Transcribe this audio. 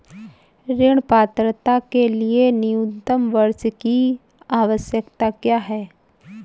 ऋण पात्रता के लिए न्यूनतम वर्ष की आवश्यकता क्या है?